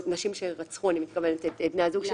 אני מתכוונת לנשים שרצחו את בן זוגן.